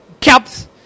caps